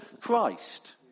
Christ